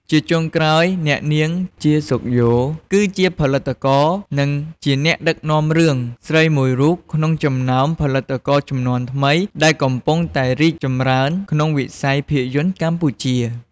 ជាចុងក្រោយ អ្នកនាង ជា សុខយ៉ូ គឺជាផលិតករ និងជាអ្នកដឹកនាំរឿងស្រីមួយរូបក្នុងចំណោមផលិតករជំនាន់ថ្មីដែលកំពុងតែរីកចម្រើនក្នុងវិស័យភាពយន្តកម្ពុជា។